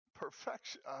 perfection